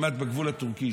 כמעט בגבול הטורקי.